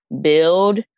build